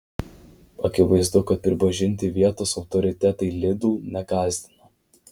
akivaizdu kad pripažinti vietos autoritetai lidl negąsdina